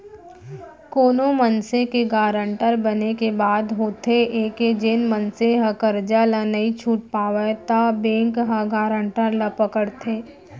कोनो मनसे के गारंटर बने के बाद होथे ये के जेन मनसे ह करजा ल नइ छूट पावय त बेंक ह गारंटर ल पकड़थे